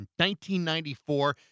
1994